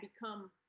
become